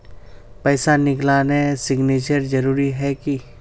पैसा निकालने सिग्नेचर जरुरी है की?